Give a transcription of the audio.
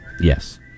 Yes